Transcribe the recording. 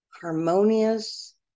harmonious